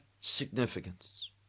significance